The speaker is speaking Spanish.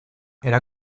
era